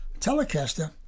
Telecaster